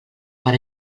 per